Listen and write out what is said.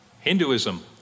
Hinduism